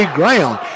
ground